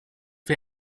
wir